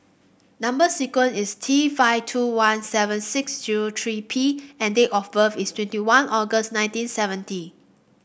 number sequence is T five two one seven six zero three P and date of birth is twenty one August nineteen seventy